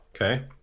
okay